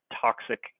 toxic